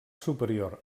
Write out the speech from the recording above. superior